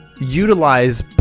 utilize